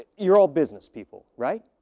you're all business people, right?